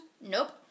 Nope